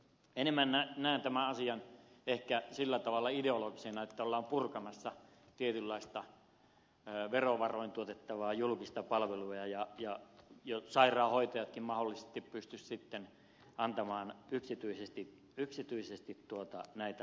enemmän näen tämän asian ehkä sillä tavalla ideologisena että ollaan purkamassa tietynlaista verovaroin tuotettavaa julkista palvelua ja sairaanhoitajatkin mahdollisesti pystyisivät sitten antamaan yksityisesti näitä hoitopalveluja